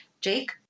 jake